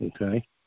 okay